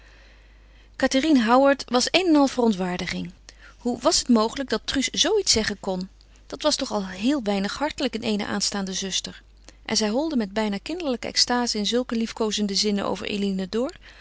cathérine howard was een en al verontwaardiging hoe was het mogelijk dat truus zoo iets zeggen kon dat was toch al heel weinig hartelijk in eene aanstaande zuster en zij holde met bijna kinderlijke extaze in zulke liefkoozende zinnen over eline door